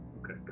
Okay